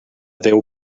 déu